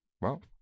well-